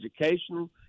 educational